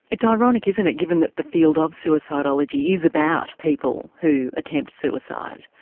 it's ironic isn't it, given that the field of suicidology is about people who attempt suicide?